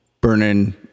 burning